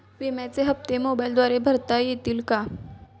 विम्याचे हप्ते मोबाइलद्वारे भरता येतील का?